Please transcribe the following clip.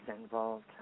involved